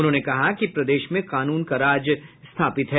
उन्होंने कहा कि प्रदेश में कानून का राज स्थापित है